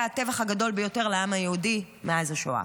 הטבח הגדול ביותר לעם היהודי מאז השואה.